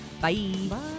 Bye